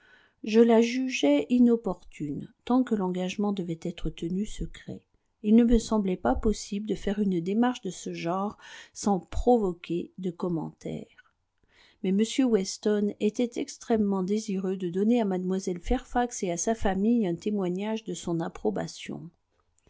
je la jugeai inopportune tant que l'engagement devait être tenu secret il ne me semblait pas possible de faire une démarche de ce genre sans provoquer de commentaires mais m weston était extrêmement désireux de donner à mlle fairfax et à sa famille un témoignage de son approbation